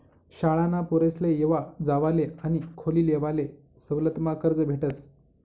शाळाना पोरेसले येवा जावाले आणि खोली लेवाले सवलतमा कर्ज भेटस